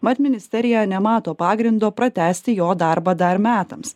mat ministerija nemato pagrindo pratęsti jo darbą dar metams